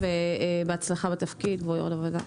בהצלחה בתפקיד, כבוד יו"ר הוועדה.